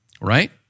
right